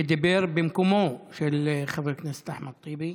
שדיבר במקומו של חבר הכנסת אחמד טיבי.